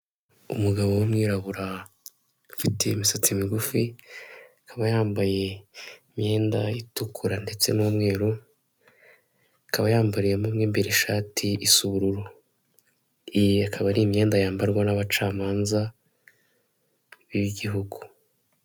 Umugabo w'umwirabura ufite imisatsi migufi akaba yambaye imyenda itukura, ndetse n'umweru, akaba yambariyemo mo imbere ishati isa ubururu, iyi ikaba ari imyenda yambarwa n'abacamanza b'igihugu.